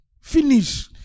Finish